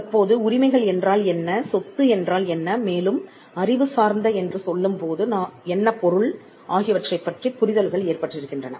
தற்போதுஉரிமைகள் என்றால் என்ன சொத்து என்றால் என்ன மேலும் அறிவு சார்ந்த என்று சொல்லும் போது என்ன பொருள் ஆகியவற்றைப் பற்றி புரிதல்கள் ஏற்பட்டிருக்கின்றன